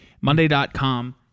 monday.com